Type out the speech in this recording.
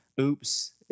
Oops